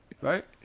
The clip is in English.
Right